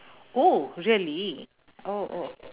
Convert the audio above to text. oh really oh oh